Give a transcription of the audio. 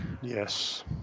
yes